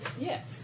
Yes